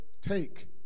take